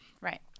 Right